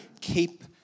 keep